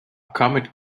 comet